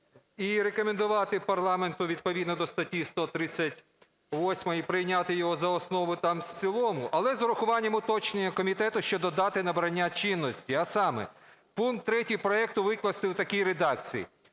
і рекомендувати парламенту відповідно до статті 138 прийняти її за основу та в цілому, але з урахуванням уточнення комітету щодо дати набрання чинності, а саме: пункт 3 проекту викласти в такій редакції: